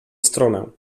stronę